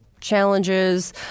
challenges